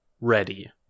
ready